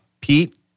Pete